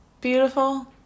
beautiful